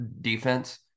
defense